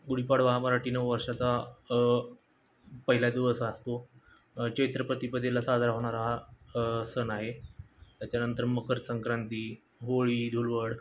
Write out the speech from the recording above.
गुढीपाडवा हा मराठी नवर्षाचा पहिल्या दिवस असतो चैत्रपतीपदेला साजरा होणारा हा सण आहे त्याच्यानंतर मकरसंक्रांती होळी धुळवड